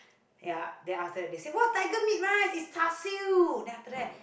ya then after that they say what tiger meat mah it's char-siew